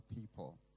people